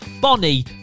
Bonnie